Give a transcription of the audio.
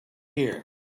here